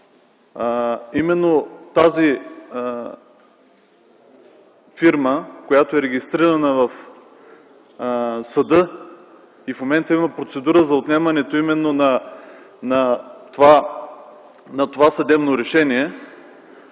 прецедент - фирмата, която е регистрирана в съда, и в момента има процедура за отмяна именно на това съдебно решение.